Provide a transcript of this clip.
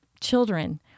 children